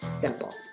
simple